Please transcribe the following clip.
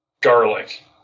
garlic